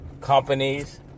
Companies